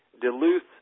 Duluth